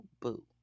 boo